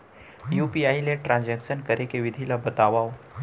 UPI ले transaction करे के विधि ला बतावव?